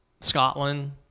Scotland